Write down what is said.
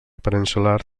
peninsular